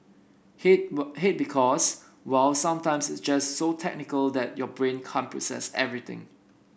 hate but hate because well sometimes it's just so technical that your brain can't process everything